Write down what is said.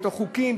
בתוך חוקים,